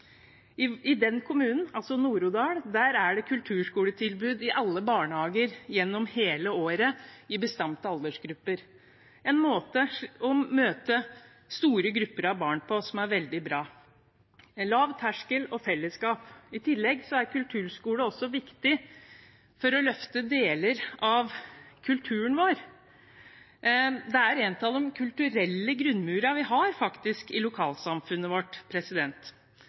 I Nord-Odal kommune er det kulturskoletilbud i alle barnehager gjennom hele året i bestemte aldersgrupper. Det er en måte å møte store grupper med barn på som er veldig bra. Det er lav terskel og fellesskap. I tillegg er kulturskolen viktig for å løfte deler av kulturen vår. Det er faktisk en av de kulturelle grunnmurene vi har i lokalsamfunnet vårt.